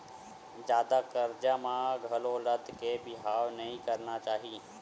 जादा करजा म घलो लद के बिहाव नइ करना चाही